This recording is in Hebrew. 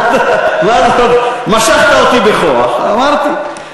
משכת אותי בכוח, אמרתי.